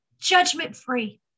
judgment-free